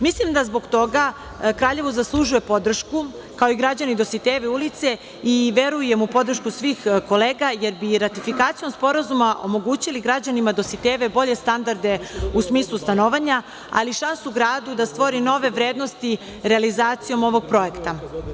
Mislim da zbog toga Kraljevo zaslužuje podršku, kao i građani Dositejeve ulice i verujem u podršku svih kolega, jer bi ratifikacijom sporazuma omogućili građanima Dositejeve bolje standarde u smislu stanovanja, ali i šansu gradu da stvori nove vrednosti realizacijom ovog projekta.